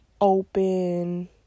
open